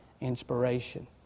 inspiration